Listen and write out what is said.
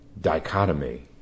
dichotomy